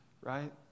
right